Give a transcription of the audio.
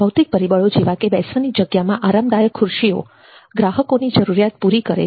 ભૌતિક પરિબળો જેવા કે બેસવાની જગ્યામાં આરામદાયક ખુશીઓ ગ્રાહકોની જરૂરિયાત પૂરી કરે છે